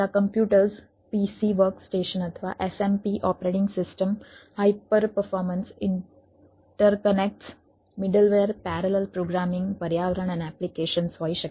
cluster એ parallel પર્યાવરણ અને એપ્લિકેશન્સ હોઈ શકે છે